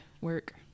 work